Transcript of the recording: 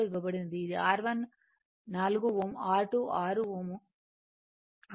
ఇది R1 4Ω R2 6Ω R3 2 Ω